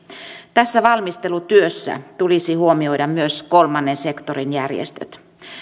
tässä valmistelutyössä tulisi huomioida myös kolmannen sektorin järjestöt